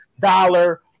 dollar